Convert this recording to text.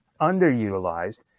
underutilized